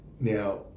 Now